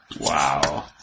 Wow